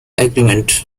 agreement